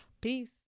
Peace